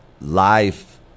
life